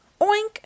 Oink